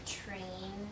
train